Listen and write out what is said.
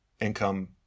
income